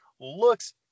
looks